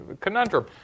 conundrum